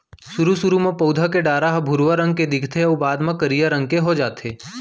सुरू सुरू म पउधा के डारा ह भुरवा रंग के दिखथे अउ बाद म करिया रंग के हो जाथे